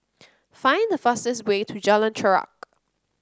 find the fastest way to Jalan Chorak